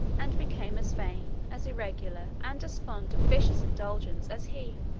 and became as vain, as irregular, and as fond of vicious indulgence as he.